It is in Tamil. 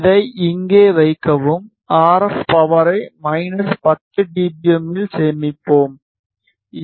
அதை இங்கே வைக்கவும் ஆர்எப் பவரை மைனஸ் 10 டிபிஎம் இல் சேமிப்போம்